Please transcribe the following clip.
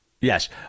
Yes